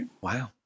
Wow